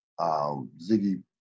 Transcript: Ziggy